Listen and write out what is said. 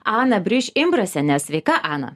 ana briš imbrasienė sveika ana